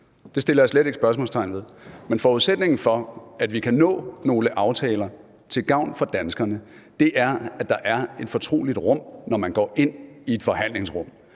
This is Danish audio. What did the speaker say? Det sætter jeg slet ikke spørgsmålstegn ved. Men forudsætningen for, at vi kan nå nogle aftaler til gavn for danskerne, er, at der er et fortroligt rum, når man går ind i et forhandlingslokale.